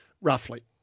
roughly